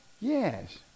yes